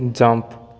jump